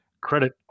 credit